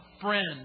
friend